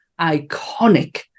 iconic